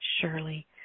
surely